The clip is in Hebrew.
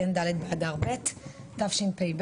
ד' באדר ב' תשפ"ב,